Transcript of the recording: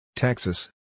Texas